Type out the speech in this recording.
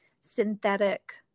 synthetic